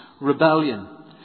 rebellion